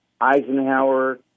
eisenhower